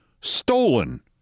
stolen